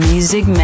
Music